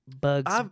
Bugs